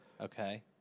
Okay